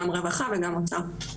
גם רווחה וגם אוצר.